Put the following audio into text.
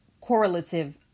correlative